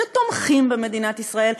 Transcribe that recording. שתומכים במדינת ישראל,